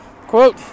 Quote